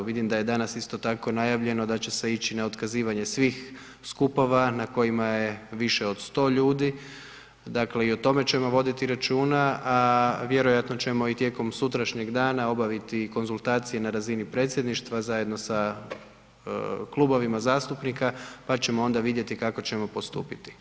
Vidim da je danas isto tako, najavljeno da će se ići na otkazivanje svih skupova na kojima je više od 100 ljudi, dakle i o tome ćemo voditi računa, a vjerojatno ćemo i tijekom sutrašnjeg dana obaviti konzultacije na razini predsjedništva zajedno sa klubovima zastupnika pa ćemo onda vidjeti kako ćemo postupiti.